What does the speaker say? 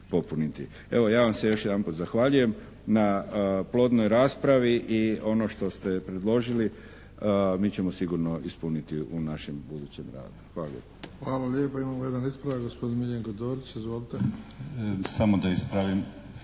Evo ja vam se još jedanput zahvaljujem na plodnoj raspravi. I ono što ste predložili mi ćemo sigurno ispuniti u našem budućem radu. Hvala lijepa. **Bebić, Luka (HDZ)** Hvala lijepa. Imamo jedan ispravak, gospodin Miljenko Dorić. Izvolite. **Dorić,